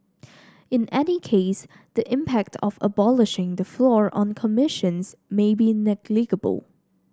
in any case the impact of abolishing the floor on commissions may be negligible